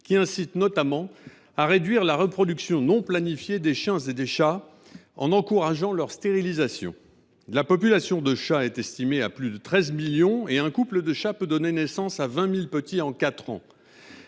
qui incite notamment à réduire la reproduction non planifiée des chiens et des chats en encourageant leur stérilisation. La population de chats est estimée à plus de 13 millions, et un couple de chat peut donner naissance à 20 000 petits en quatre